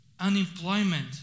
Unemployment